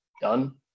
done